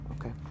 Okay